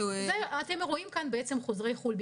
אתם רואים כאן בעצם חוזרי חו"ל,